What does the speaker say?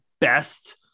best